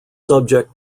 subject